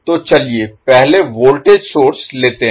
तो चलिए पहले वोल्टेज सोर्स लेते हैं